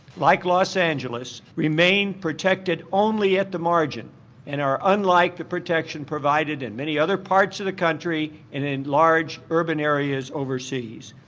like los angeles remain protected only at the margin and are unlike the protection provided in many other parts of the country and in large urban areas overseas.